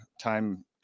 time